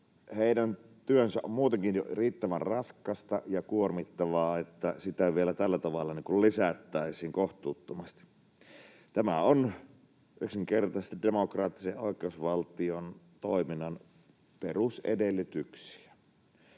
heidän työnsä on muutenkin jo riittävän raskasta ja kuormittavaa, ilman että sitä vielä tällä tavalla lisättäisiin kohtuuttomasti. Tämä on yksinkertaisesti demokraattisen oikeusvaltion toiminnan perusedellytyksiä.